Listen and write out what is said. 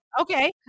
Okay